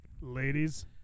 Ladies